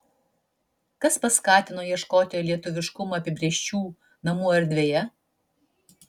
kas paskatino ieškoti lietuviškumo apibrėžčių namų erdvėje